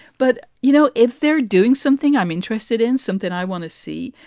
but, you know, if they're doing something i'm interested in, something i want to see,